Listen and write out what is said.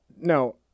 No